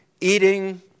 eating